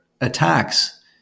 attacks